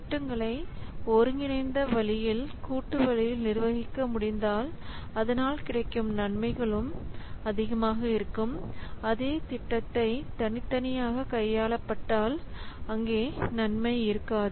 திட்டங்களை ஒருங்கிணைந்த வழியில் கூட்டு வழியில் நிர்வகிக்க முடிந்தால் அதனால் கிடைக்கும் நன்மைகளும் அதிகமாக இருக்கும் அதே திட்டத்தை தனித்தனியாக கையாளப்பட்டால் அங்கே நன்மை இருக்காது